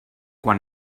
quan